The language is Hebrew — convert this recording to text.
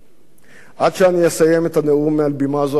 עד שאסיים את הנאום מעל בימה זו, אדוני היושב-ראש,